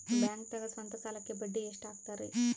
ಬ್ಯಾಂಕ್ದಾಗ ಸ್ವಂತ ಸಾಲಕ್ಕೆ ಬಡ್ಡಿ ಎಷ್ಟ್ ಹಕ್ತಾರಿ?